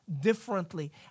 differently